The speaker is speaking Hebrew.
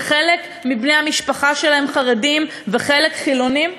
חלק מבני המשפחה שלהם חרדים וחלק חילונים?